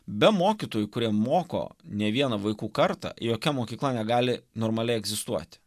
be mokytojų kurie moko ne vieną vaikų kartą jokia mokykla negali normaliai egzistuoti